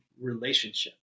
relationship